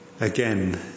again